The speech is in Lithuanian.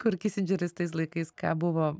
kur kisindžeris tais laikais ką buvo